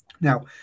Now